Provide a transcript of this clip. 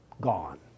gone